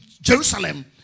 Jerusalem